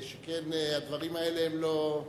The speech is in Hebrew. שכן הדברים האלה הם לא,